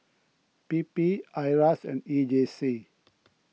P P Iras and E J C